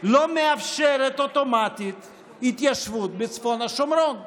לא מאפשרת התיישבות בצפון השומרון אוטומטית.